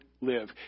live